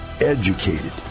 educated